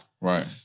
Right